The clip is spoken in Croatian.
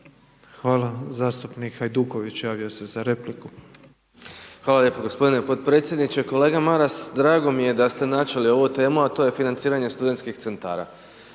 repliku. **Hajduković, Domagoj (SDP)** Hvala lijepo gospodine potpredsjedniče. Kolega Maras, drago mi je da ste načeli ovu temu, a to je financiranje studentskih centara.